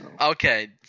Okay